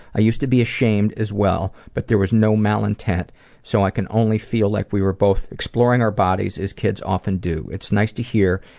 i used to be ashamed as well, but there was no mal-intent, and so i can only feel like we were both exploring our bodies as kids often do. it's nice to hear,